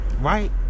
right